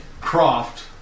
Croft